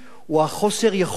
הוא חוסר היכולת,